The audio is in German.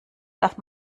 darf